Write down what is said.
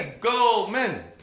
Goldman